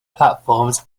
platforms